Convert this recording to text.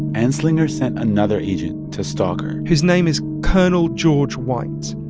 anslinger sent another agent to stalk her his name is colonel george white,